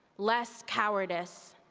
less cowardice.